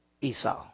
Esau